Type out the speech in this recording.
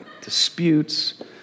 disputes